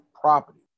property